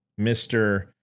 Mr